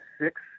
six